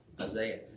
Isaiah